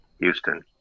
Houston